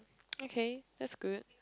okay that's good